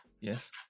Yes